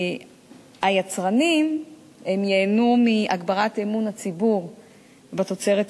היצרנים ייהנו מהגברת אמון הציבור בתוצרת החקלאית,